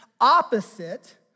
opposite